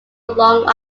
long